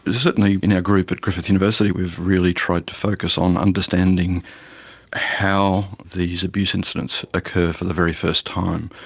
certainly in our group at griffith university we've really tried to focus on understanding how these abuse incidents occur for the very first time.